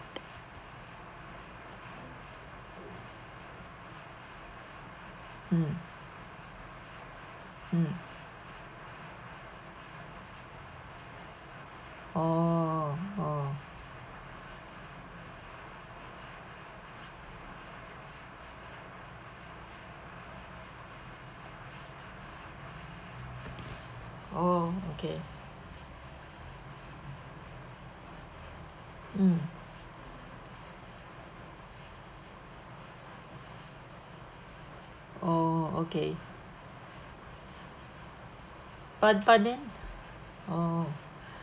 mm mm orh oh oh okay mm oh okay but but then oh